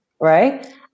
Right